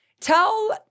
tell